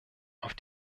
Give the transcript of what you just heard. auf